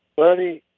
buddy,